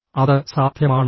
അത് സാധ്യമാണോ